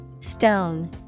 Stone